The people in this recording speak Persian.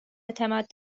اعتماد